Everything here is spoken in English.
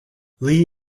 lee